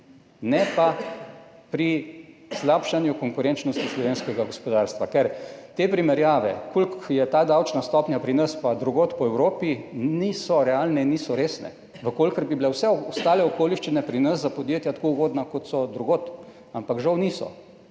ne pa pri slabšanju konkurenčnosti slovenskega gospodarstva. Ker te primerjave, koliko je ta davčna stopnja pri nas in drugod po Evropi, niso realne, niso resne. Če bi bile vse ostale okoliščine pri nas za podjetja tako ugodne, kot so drugod, ampak žal niso,